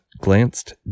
glanced